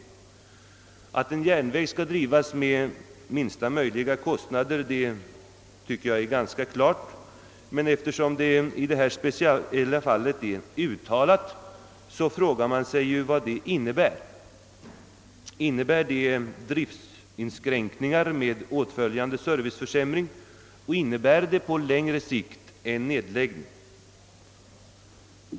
Att en järnväg skall drivas med minsta möjliga kostnader tycker jag är ganska självklart, men eftersom det i detta fall speciellt har understrukits frågar man sig vad som menas härmed. Innebär det driftinskränkningar med åitföljande serviceförsämring och på längre sikt en nedläggning?